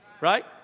Right